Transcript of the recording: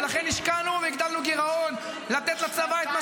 ולכן השקענו והגדלנו גירעון לתת לצבא את מה